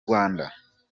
rwanda